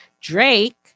Drake